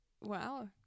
Wow